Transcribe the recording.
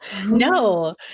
No